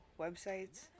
websites